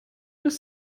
das